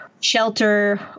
Shelter